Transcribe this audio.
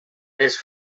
els